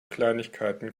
kleinigkeiten